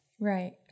right